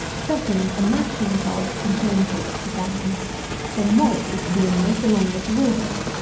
second, a mashing-tub to contain sixty gallons for the malt is to be in this along with the water.